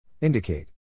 Indicate